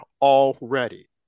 already